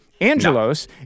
angelos